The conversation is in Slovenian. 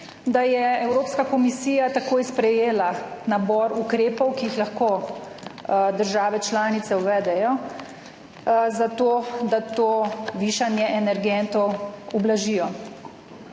da je Evropska komisija takoj sprejela nabor ukrepov, ki jih lahko države članice uvedejo, zato da to višanje energentov ublažijo.